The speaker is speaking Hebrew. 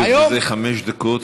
היו בידיך חמש דקות,